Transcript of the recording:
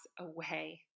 away